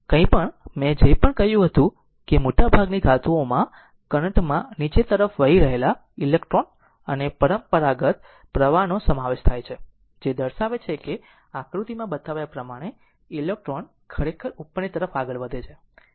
કંઈપણ મેં જે પણ કહ્યું હતું કે મોટાભાગની ધાતુઓમાં કરંટ માં નીચે તરફ વહી રહેલા ઇલેક્ટ્રોન અને પરંપરાગત પ્રવાહનો સમાવેશ થાય છે જે દર્શાવે છે કે આકૃતિમાં બતાવ્યા પ્રમાણે ઇલેક્ટ્રોન ખરેખર ઉપરની તરફ આગળ વધે છે